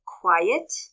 Quiet